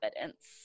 evidence